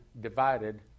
divided